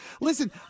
Listen